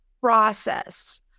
process